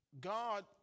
God